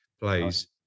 plays